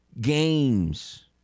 games